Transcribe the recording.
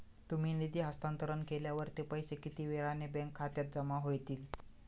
तुम्ही निधी हस्तांतरण केल्यावर ते पैसे किती वेळाने बँक खात्यात जमा होतील?